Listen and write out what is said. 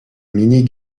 mini